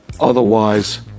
Otherwise